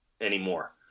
anymore